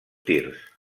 tirs